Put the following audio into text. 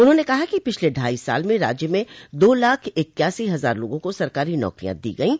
उन्होंने कहा कि पिछले ढाई साल में राज्य में दो लाख इक्यासी हजार लोगों को सरकारी नौकरियां दी गई है